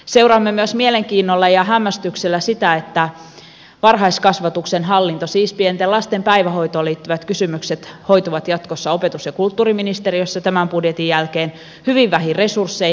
seuraamme myös mielenkiinnolla ja hämmästyksellä sitä että varhaiskasvatuksen hallinto siis pienten lasten päivähoitoon liittyvät kysymykset hoituu jatkossa opetus ja kulttuuriministeriössä tämän budjetin jälkeen hyvin vähin resurssein